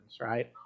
right